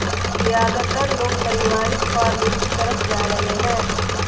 ज्यादातर लोग पारिवारिक फॉर्म की तरफ जा रहै है